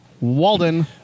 Walden